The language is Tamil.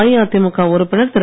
அஇஅதிமுக உறுப்பினர் திரு